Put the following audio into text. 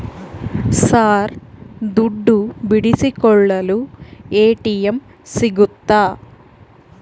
Sir ದುಡ್ಡು ಬಿಡಿಸಿಕೊಳ್ಳಲು ATM ಸಿಗುತ್ತಾ?